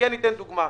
אציג דוגמה.